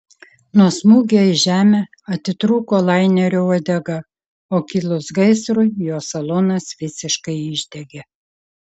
nuo smūgio į žemę atitrūko lainerio uodega o kilus gaisrui jo salonas visiškai išdegė